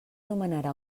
nomenarà